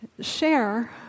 share